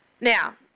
Now